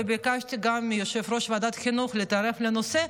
וביקשתי גם מיושב-ראש ועדת החינוך להתערב בנושא.